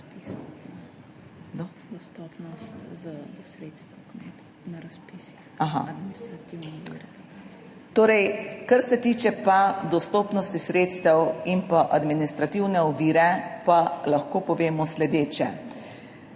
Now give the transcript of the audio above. Torej, kar se tiče pa dostopnosti sredstev in pa administrativne ovire pa lahko povemo sledeče.